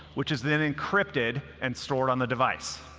which is then encrypted and stored on the device.